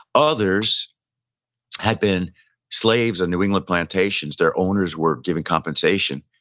others had been slaves on new england plantations. their owners were given compensation,